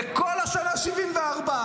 בכל השנה 74,